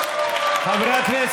הגון.